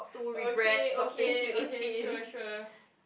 okay okay okay sure sure